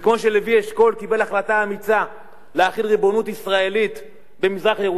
וכמו שלוי אשכול קיבל החלטה אמיצה להחיל ריבונות ישראלית במזרח-ירושלים,